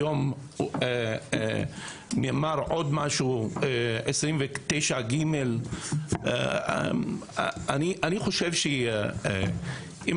היום נאמר עוד משהו 29ג. אני חושב שאם